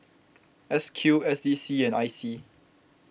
S Q S D C and I C